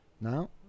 now